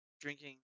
drinking